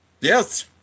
Yes